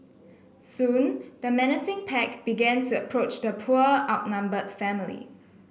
soon the menacing pack began to approach the poor outnumbered family